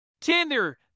Tinder